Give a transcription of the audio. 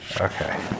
Okay